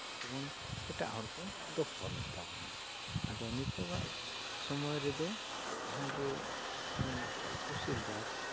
ᱡᱮᱢᱚᱱ ᱮᱴᱟᱜ ᱦᱚᱲ ᱠᱚ ᱫᱚᱠᱠᱷᱚᱞᱮᱫ ᱛᱟᱵᱚᱱᱟ ᱟᱫᱚ ᱱᱤᱛᱳᱜᱟᱜ ᱥᱚᱢᱚᱭ ᱨᱮᱫᱚ ᱡᱟᱦᱟᱸᱭ ᱡᱮ ᱢᱮᱱᱟᱜ ᱠᱚᱣᱟ ᱛᱩᱥᱤᱞᱫᱟᱨ